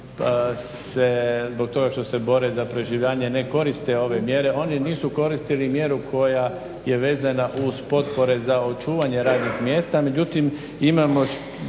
zbog toga što se bore za preživljavanje ne koriste ove mjere, oni nisu koristili mjeru koja je vezana uz potpore za očuvanje radnih mjesta. Međutim imamo